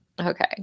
Okay